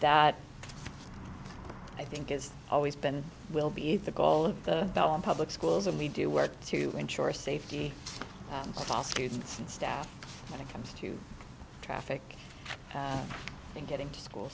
that i think is always been will be the goal of the bell in public schools and we do work to ensure safety prosecutes and staff when it comes to traffic and getting to school